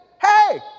hey